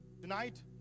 Tonight